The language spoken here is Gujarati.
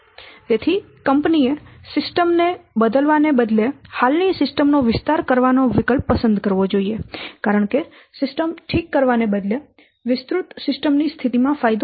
તેથી કંપની એ સિસ્ટમ ને બદલવાને બદલે હાલ ની સિસ્ટમ નો વિસ્તાર કરવાનો વિકલ્પ પસંદ કરવો જોઈએ કારણ કે સિસ્ટમ ઠીક કરવાને બદલે વિસ્તૃત સિસ્ટમ ની સ્થિતિમાં ફાયદો વધુ થશે